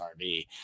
rv